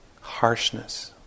harshness